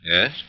Yes